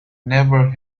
never